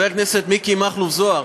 מיקי, חבר הכנסת מיקי מכלוף זוהר,